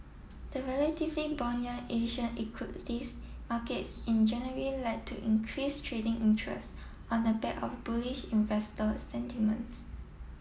the relatively buoyant Asian equities markets in January led to increase trading interest on the back of bullish investor sentiments